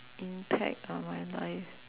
impact on my life